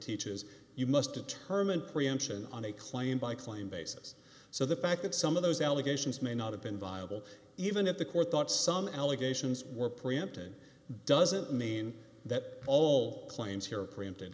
teaches you must determine preemption on a claim by claim basis so the fact that some of those allegations may not have been viable even at the court thought some allegations were preempted doesn't mean that all claims here are preempted